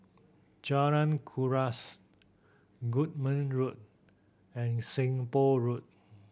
Jalan Kuras Goodman Road and Seng Poh Road